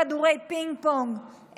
כדורי פינג-פונג,